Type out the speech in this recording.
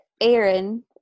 Aaron